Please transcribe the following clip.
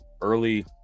early